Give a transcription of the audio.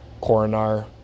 Coronar